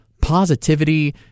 positivity